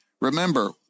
remember